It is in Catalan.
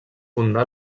fundà